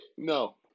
No